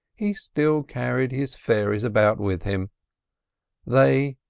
he still carried his fairies about with him they,